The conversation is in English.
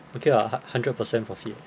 okay lah hundred percent profit